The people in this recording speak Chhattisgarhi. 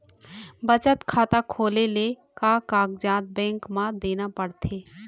बचत खाता खोले ले का कागजात बैंक म देना पड़थे?